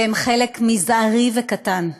והם חלק מזערי וקטן.